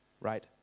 right